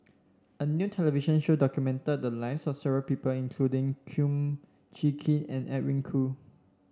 a new television show documented the lives of various people including Kum Chee Kin and Edwin Koo